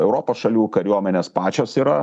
europos šalių kariuomenės pačios yra